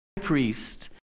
priest